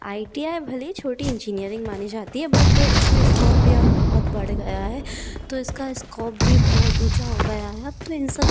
I T I भले ही छोटी इंजीनियरिंग मानी जाती है बट इसमें स्कोव भी अब बहुत बढ़ गया है तो इसका इस्कोव भी बहुत ऊँचा हो गया है अब तो इन सब